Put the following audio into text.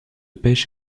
pêche